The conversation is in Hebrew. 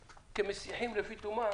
כמשיחים לפי תומם